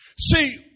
See